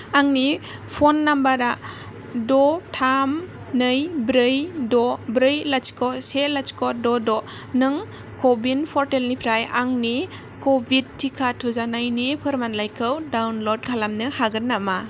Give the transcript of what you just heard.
आंनि फन नम्बरआ द' थाम नै ब्रै द' ब्रै लाथिख' से लथिख' द' द' नों क'विन प'र्टेलनिफ्राय आंनि क'भिड टिका थुजानायनि फोरमानलाइखौ डाउनल'ड खालामनो हागोन नामा